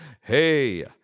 hey